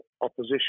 opposition